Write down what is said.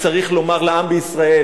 ולומר לעם בישראל,